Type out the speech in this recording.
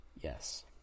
Yes